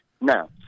Now